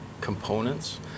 components